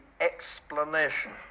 explanation